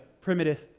primitive